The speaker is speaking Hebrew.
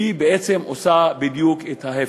היא בעצם עושה בדיוק את ההפך.